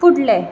फुडलें